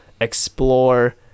explore